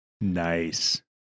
Nice